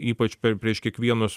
ypač per prieš kiekvienus